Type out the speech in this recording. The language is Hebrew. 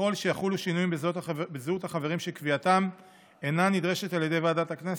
וככל שיחולו שינויים שקביעתם אינה נדרשת על ידי ועדת הכנסת,